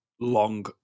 long